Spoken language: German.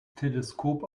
teleskop